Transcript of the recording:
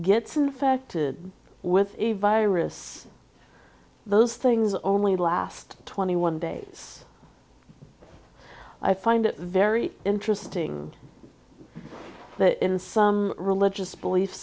gets infected with a virus those things only last twenty one days i find it very interesting that in some religious belief